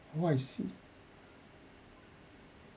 oh I see